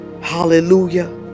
Hallelujah